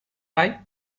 pipe